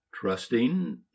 trusting